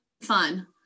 fun